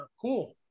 cool